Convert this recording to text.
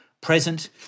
present